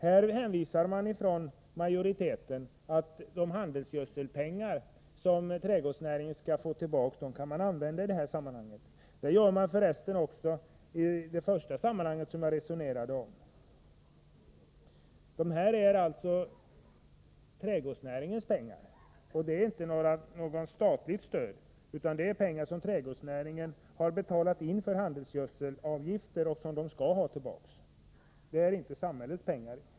Nu säger man från majoritetens sida att de medel som trädgårdsnäringen skall få tillbaka av handelsgödselavgifterna skall användas för detta ändamål. Detta gäller för resten också i fråga om trädgårdsnäringens rationalisering, som jag först talade om. Det här är alltså trädgårdsnäringens pengar. Det är inte något statligt stöd, utan det är pengar som trädgårdsnäringen har betalat in i form av handelsgödselavgifter och som näringen nu skall ha tillbaka. Det är inte samhällets pengar.